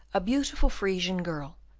a beautiful frisian girl,